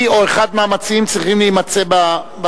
היא, או אחד המציעים, צריכים להימצא באולם.